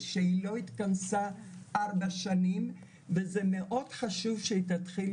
שהיא לא התכנסה ארבע שנים וזה מאוד חשוב שהיא תתחיל